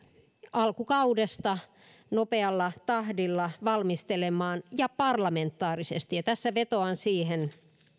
alkukaudesta nopealla tahdilla valmistelemaan ja parlamentaarisesti tässä vetoan siihen